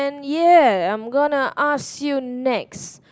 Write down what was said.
ya I'm gonna ask you next